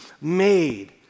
made